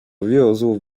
wiózł